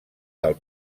del